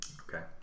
Okay